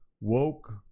woke